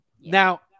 Now